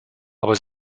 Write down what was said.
aber